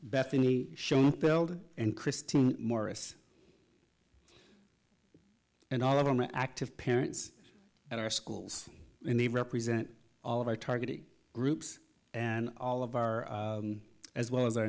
bethany show builded and christine morris and all of them active parents at our schools in the represent all of our targeted groups and all of our as well as our